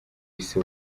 isi